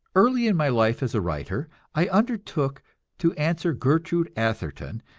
early in my life as a writer i undertook to answer gertrude atherton,